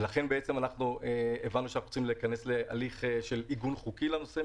הבנו שאנחנו צריכים להיכנס להליך של עיגון חוקי לנושא הזה.